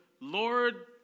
Lord